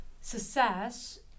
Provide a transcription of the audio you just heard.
success